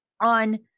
on